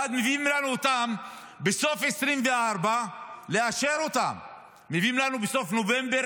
ואז מביאים לנו לאשר אותם בסוף 2024. מביאים לנו בסוף נובמבר